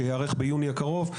שייערך ביוני הקרוב.